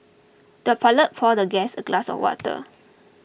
the pellet poured the guest a glass of water